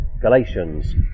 Galatians